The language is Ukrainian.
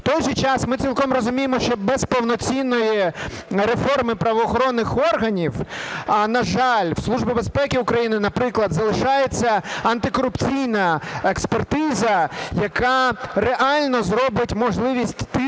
В той же час ми цілком розуміємо, що без повноцінної реформи правоохоронних органів, на жаль, в Служби безпеки України, наприклад, залишається антикорупційна експертиза, яка реально зробить можливість тиску